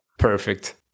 Perfect